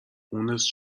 مونس